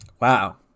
Wow